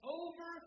over